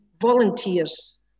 volunteers